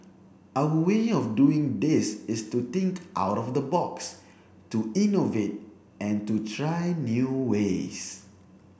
our way of doing this is to think out of the box to innovate and to try new ways